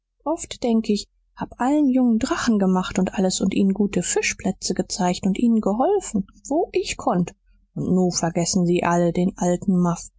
oft denk ich hab allen jungen drachen gemacht und alles und ihnen gute fischplätze gezeigt und ihnen geholfen wo ich konnt und nu vergessen sie alle den alten